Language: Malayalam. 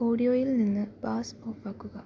ഓഡിയോയിൽ നിന്ന് ബാസ്സ് ഓഫ് ആക്കുക